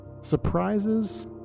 Surprises